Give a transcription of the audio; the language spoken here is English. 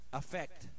affect